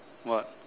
what